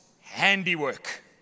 handiwork